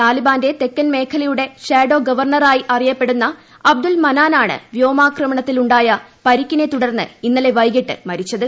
താലിബാന്റെ തെക്കൻ മേഖലയുടെ ഷാഡോ ഗവർണറായി അറിയപ്പെടുന്ന അബ്ദുൾ മനാൻ ആണ് വ്യോമാക്രമണത്തിലുണ്ടായ പരിക്കിനെ തുടർന്ന് ഇന്നലെ വൈകിട്ട് മരിച്ചത്